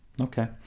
Okay